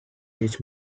each